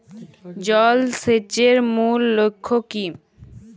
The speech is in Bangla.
জল সেচের মূল লক্ষ্য কী?